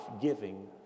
giving